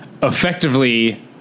effectively